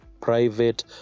private